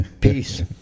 Peace